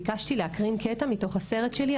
ביקשתי להקרין קטע מתוך הסרט שלי,